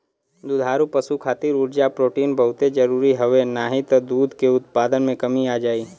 दुधारू पशु खातिर उर्जा, प्रोटीन बहुते जरुरी हवे नाही त दूध के उत्पादन में कमी आ जाई